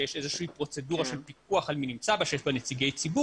שיש איזה שהיא פרוצדורה של פיקוח על מי נמצא ושיש בה נציגי ציבור,